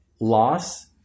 loss